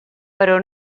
però